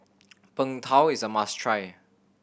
Png Tao is a must try